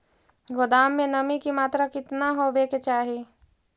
गोदाम मे नमी की मात्रा कितना होबे के चाही?